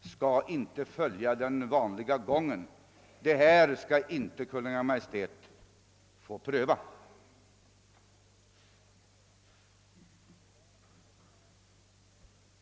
skall man inte iaktta den vanliga ordningen för behandling av sådana ärenden, detta ärende skall Kungl. Maj:t inte få pröva.